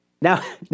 now